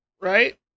Right